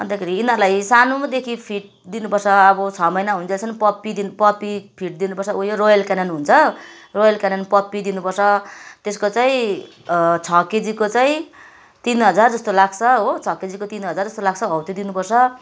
अन्तखेरि यिनीहरूलाई सानोदेखि फिड दिनुपर्छ अब छ महिना हुन्जेलसम्म पप्पी दिनु पप्पी फिड दिनुपर्छ उयो रोयल केनन हुन्छ रोयल केनन पप्पी दिनुपर्छ त्यसको चाहिँ छ केजीको चाहिँ तिन हजार जस्तो लाग्छ हो छ केजीको तिन हजार जस्तो लाग्छ हौ त्यो दिनुपर्छ